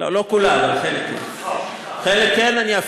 לא כולה, חלק, חלק כן.